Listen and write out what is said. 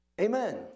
Amen